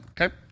Okay